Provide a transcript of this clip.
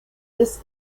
this